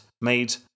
made